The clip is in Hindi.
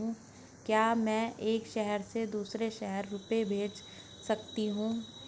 क्या मैं एक शहर से दूसरे शहर रुपये भेज सकती हूँ?